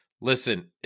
listen